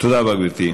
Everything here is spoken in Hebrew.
תודה רבה, גברתי.